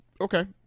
okay